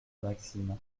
maxime